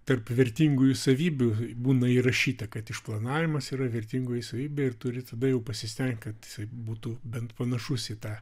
tarp vertingųjų savybių būna įrašyta kad išplanavimas yra vertingoji savybė ir turi tada jau pasistengt kad būtų bent panašus į tą